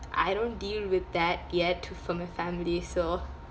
I don't deal with that yet to for my family so